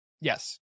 Yes